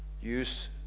use